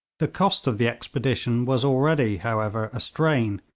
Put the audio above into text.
the cost of the expedition was already, however, a strain,